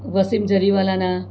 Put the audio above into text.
Wasim ઝરીવાલાના